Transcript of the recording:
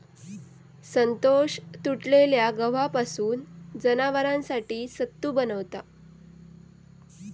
संतोष तुटलेल्या गव्हापासून जनावरांसाठी सत्तू बनवता